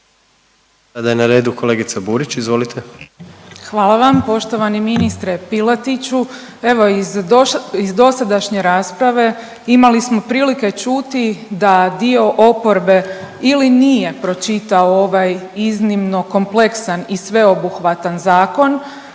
Sada je na redu kolegica Burić, izvolite. **Burić, Majda (HDZ)** Hvala vam. Poštovani ministre Piletiću, evo iz dosadašnje rasprave imali smo prilike čuti da dio oporbe ili nije pročitao ovaj iznimno kompleksan i sveobuhvatan zakon